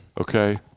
okay